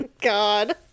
God